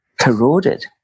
corroded